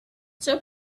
two